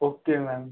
okay ma'am